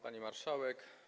Pani Marszałek!